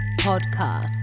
podcast